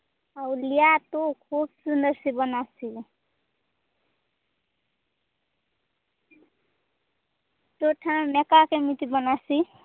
ଆଉ ଲିଆ ତୁ ଖୁବ୍ ସୁନ୍ଦର୍ ସି ବନାସି ତୋ ଠାନ୍ ଏକା କେମିତି ବନାସି